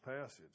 passage